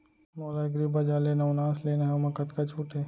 मोला एग्रीबजार ले नवनास लेना हे ओमा कतका छूट हे?